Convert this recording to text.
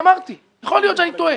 יכול להיות שאני טועה.